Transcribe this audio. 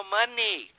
money